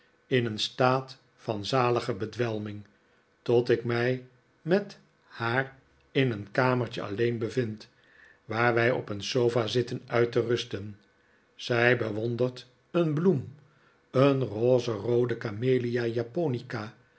in een staat van zalige bedwelming tot ik mij met haar in een kamertje alleen bevind waar wij op een sofa zitten uit te rusten zij bewondert een bloem een rozeroode